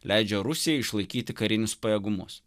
leidžia rusijai išlaikyti karinius pajėgumus